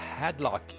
Hadlock